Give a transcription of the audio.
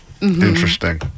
Interesting